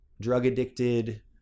drug-addicted